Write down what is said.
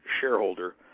shareholder